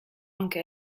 anche